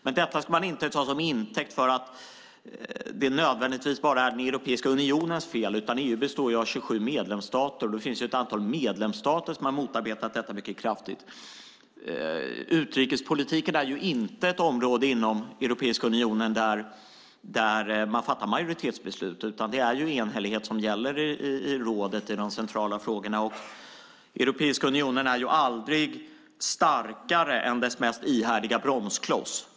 Men detta ska man inte ta till intäkt för att det nödvändigtvis bara är Europeiska unionens fel. EU består av 27 medlemsstater, och det finns ett antal medlemsstater som har motarbetat detta mycket kraftigt. Utrikespolitiken är inte ett område inom Europeiska unionen där man fattar majoritetsbeslut. Det är enhällighet som gäller i rådet i de centrala frågorna. Europeiska unionen är aldrig starkare än dess mest ihärdiga bromskloss.